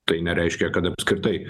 tai nereiškia kad apskritai